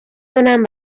کنم